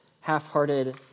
half-hearted